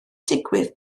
digwydd